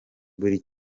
buri